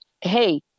hey